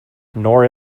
nor